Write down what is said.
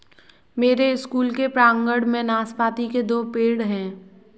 मेरे स्कूल के प्रांगण में नाशपाती के दो पेड़ हैं